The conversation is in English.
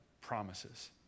promises